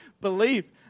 believe